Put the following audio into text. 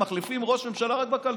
מחליפים ראש ממשלה רק בקלפי,